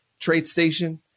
TradeStation